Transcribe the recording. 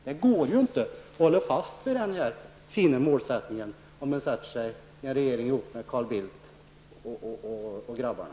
Det går ju inte att hålla fast vid den fina målsättningen om man sätter sig i en regering tillsammans med Carl Bildt och grabbarna.